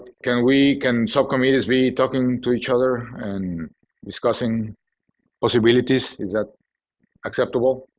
can we can subcommittees be talking to each other and discussing possibilities? is that acceptable?